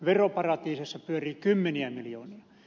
veroparatiiseissa pyörii kymmeniä miljoonia